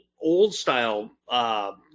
old-style